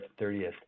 30th